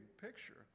picture